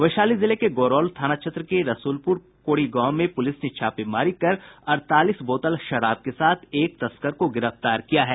वैशाली जिले के गौरोल थाना क्षेत्र के रसूलपुर कोरी गांव में पुलिस ने छापेमारी कर अड़तालीस बोतल शराब के साथ एक तस्कर को गिरफ्तार किया है